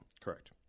Correct